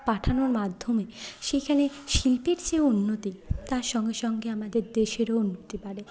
পাঠানোর মাধ্যমে সেখানে শিল্পীর যে উন্নতি তার সঙ্গে সঙ্গে আমাদের দেশেরও উন্নতি বাড়ে